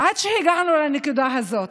עד שהגענו לנקודה הזו.